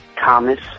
Thomas